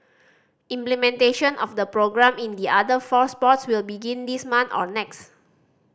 implementation of the programme in the other four sports will begin this month or next